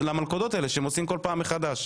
למלכודות האלה שהם מוציאים כל פעם מחדש.